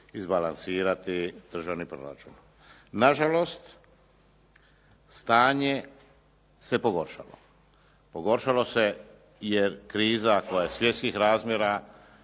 izbalansirati državni proračun. Nažalost, stanje se pogoršalo. Pogoršalo se jer kriza koja je svjetskih razmjera,